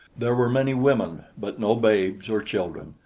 there were many women but no babes or children,